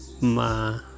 ma